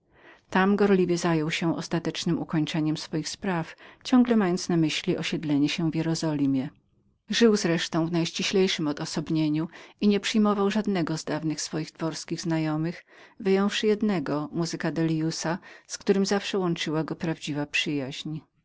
tam gorliwie zajął się ostatecznem ukończeniem swoich spraw zawsze mając na myśli osiedlenie się w jerozolimie wreszcie żył w najściślejszem odosobieniu i nieprzyjmował żadnego z dawnych swoich dworskich znajomych wyjąwszy jednego muzyka delliusa z którym zawsze łączyła go prawdziwa przyjaźń